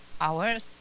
hours